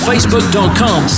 Facebook.com